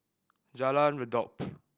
Jalan Redop